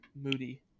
Moody